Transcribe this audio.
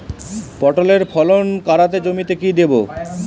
পটলের ফলন কাড়াতে জমিতে কি দেবো?